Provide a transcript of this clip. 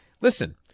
Listen